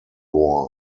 war